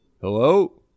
hello